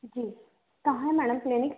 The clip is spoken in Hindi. जी कहाँ है मैडम क्लीनिक